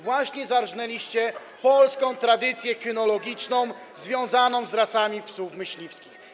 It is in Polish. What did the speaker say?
Właśnie zarżnęliście polską tradycję kynologiczną związaną z rasami psów myśliwskich.